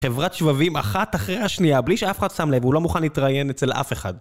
חברת שבבים אחת אחרי השנייה, בלי שאף אחד שם לב, הוא לא מוכן להתראיין אצל אף אחד.